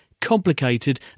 complicated